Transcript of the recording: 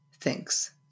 thinks